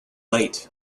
late